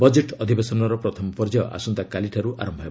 budget ଅଧିବେଶନ ପ୍ରଥମ ପର୍ଯ୍ୟାୟ ଆସନ୍ତାକାଲିଠାରୁ ଆରମ୍ଭ ହେବ